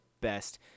best